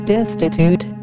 Destitute